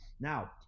Now